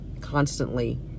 constantly